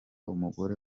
umugore